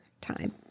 time